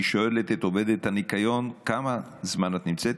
אני שואל את עובדת הניקיון: כמה זמן את נמצאת?